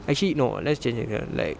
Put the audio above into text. actually no let's change it now like